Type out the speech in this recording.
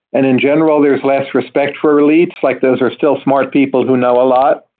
and in general, there's less respect for elites, like those are still smart people who know a lot.